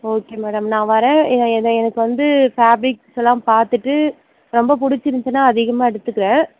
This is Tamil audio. ஓகே மேடம் நான் வரேன் எதை எனக்கு வந்து ஃபேப்ரிக்ஸ் எல்லாம் பார்த்துட்டு ரொம்ப பிடிச்சிருந்துச்சுன்னா அதிகமாக எடுத்துக்கிறேன்